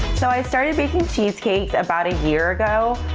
so i started making cheesecakes about a year ago.